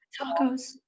tacos